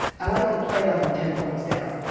i like to play like i'm ten points down.